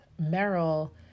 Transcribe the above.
Merrill